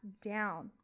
down